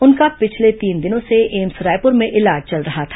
उनका पिछले र्तीन दिनों से एम्स रायपुर में इलाज चल रहा था